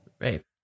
right